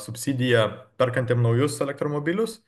subsidija perkantiem naujus elektromobilius